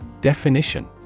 Definition